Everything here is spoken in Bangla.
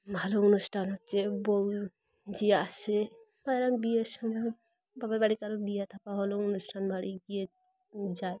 ভালো অনুষ্ঠান হচ্ছে বউ যে আসে বিয়ের সময় বাবার বাড়িতে কারও বিয়ে থা হলেও অনুষ্ঠান বাড়ি গিয়ে যায়